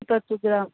ಇಪ್ಪತ್ತು ಗ್ರಾಮ್